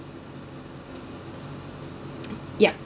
yup